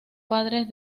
padres